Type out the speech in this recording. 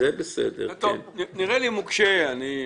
נראה לי מוקשה.